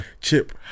Chip